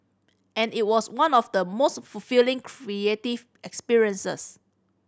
and it was one of the most fulfilling creative experiences